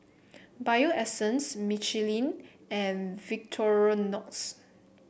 Bio Essence Michelin and Victorinox